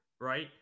right